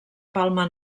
palma